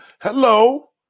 hello